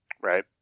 Right